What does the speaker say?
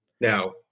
Now